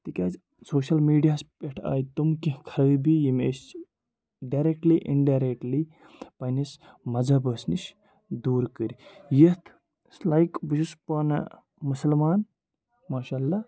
تِکیٛازِ سوشَل میٖڈیاہَس پٮ۪ٹھ آے تِم کیٚنٛہہ خرٲبی ییٚمہِ أسۍ ڈیرٮ۪کٹلی اِنڈَیرٮ۪کٹلی پنٛنِس مذہَبَس نِش دوٗر کٔرۍ یَتھ لایک بہٕ چھُس پانہٕ مُسلمان ماشاء اللہ